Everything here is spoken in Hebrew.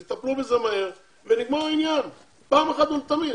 יטפלו בזה מהר ונגמר העניין פעם אחת ולתמיד.